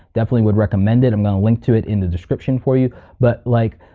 definitely would recommend it, i'm gonna link to it in the description for you but like,